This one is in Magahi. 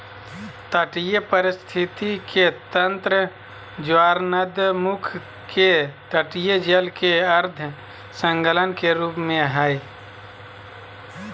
तटीय पारिस्थिति के तंत्र ज्वारनदमुख के तटीय जल के अर्ध संलग्न के रूप में हइ